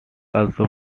also